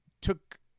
took